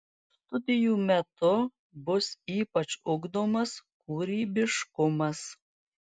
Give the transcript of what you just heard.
studijų metu bus ypač ugdomas kūrybiškumas